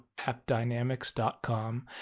appdynamics.com